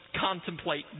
contemplate